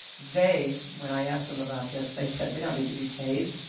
they, when i asked them about this, they said we don't need to be paid.